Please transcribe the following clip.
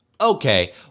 Okay